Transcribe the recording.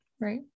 Right